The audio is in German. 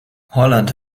holland